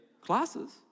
classes